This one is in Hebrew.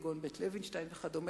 כגון "בית לוינשטיין" וכדומה.